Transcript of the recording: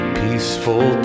peaceful